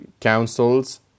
councils